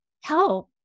help